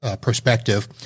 perspective